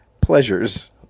pleasures